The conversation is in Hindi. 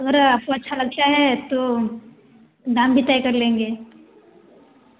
अगर आपको अच्छा लगता है तो दाम भी तय कर लेंगे